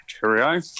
Cheerio